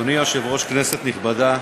אדוני היושב-ראש, כנסת נכבדה,